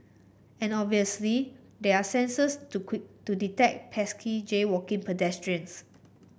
and obviously there are sensors to detect pesky jaywalking pedestrians